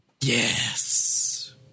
Yes